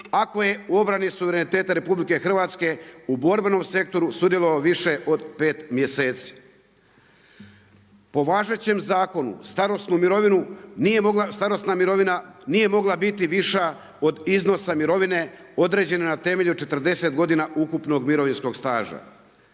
ako je u obrani suvereniteta RH u borbenom sektoru sudjelovao više od pet mjeseci. Po važećem zakonu starosna mirovina nije mogla biti više od iznosa mirovine određene na temelju 40 godina ukupnog mirovinskog staža.